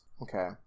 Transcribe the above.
Okay